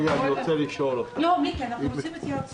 אנחנו פותחים את המשך